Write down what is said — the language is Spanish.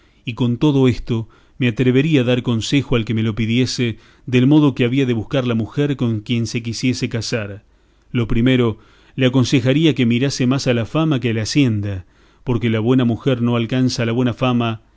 y con todo esto me atrevería a dar consejo al que me lo pidiese del modo que había de buscar la mujer con quien se quisiese casar lo primero le aconsejaría que mirase más a la fama que a la hacienda porque la buena mujer no alcanza la buena fama